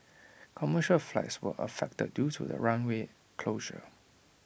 commercial flights were affected due to the runway closure